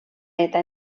eta